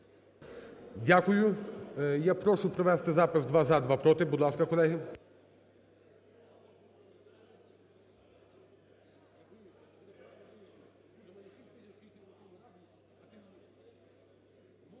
Дякую. Я прошу провести запис: два – за, два – проти. Будь ласка, колеги. Будь